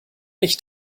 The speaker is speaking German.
nicht